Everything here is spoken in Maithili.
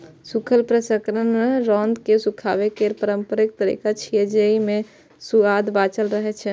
सूखल प्रसंस्करण रौद मे सुखाबै केर पारंपरिक तरीका छियै, जेइ मे सुआद बांचल रहै छै